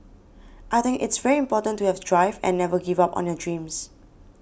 I think it's very important to have drive and never give up on your dreams